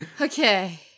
Okay